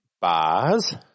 Bars